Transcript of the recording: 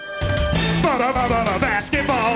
Basketball